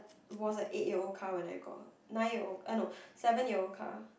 was a eight year old car when I got her nine year old ah no seven year old car